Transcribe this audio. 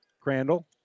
Crandall